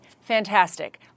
fantastic